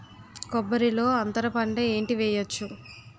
కొబ్బరి లో అంతరపంట ఏంటి వెయ్యొచ్చు?